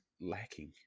lacking